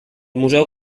museu